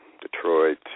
Detroit